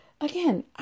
again